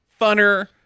funner